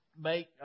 make